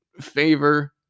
favor